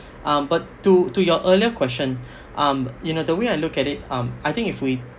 um but to to your earlier question um you know the way I look at it um I think if we